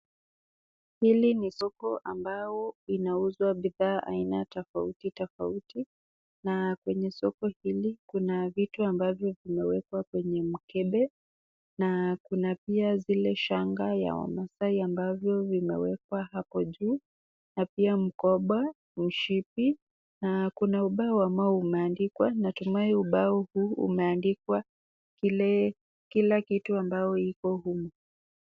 Hili ni soko ambayo inauza bidhaa za aina tofauti na kwenye soko hili kuna vitu ambazo zimeekwa kwenye mkebe na pia kuna zile shanga za waaasai ambazo zimeekwa hapo juu na pia mkoba ,mshipi na kuna ubao ambao umeandikwa natumai ubao huu umeandikwa kila kitu ambao iko humu.